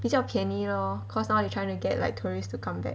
比较便宜 lor because now they're trying to get like tourists to come back